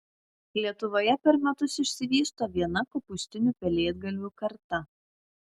lietuvoje per metus išsivysto viena kopūstinių pelėdgalvių karta